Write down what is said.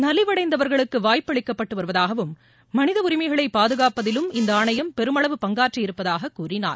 நலிவடைந்தவர்களுக்கு வாய்ப்பு அளிக்கப்பட்டு வருவதாகவும் மனித உரிமைகளை பாதுகாப்பதிலும் இந்த ஆணையம் பெருமளவு பங்காற்றியிருப்பதாகக் கூறினார்